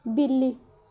ਬਿੱਲੀ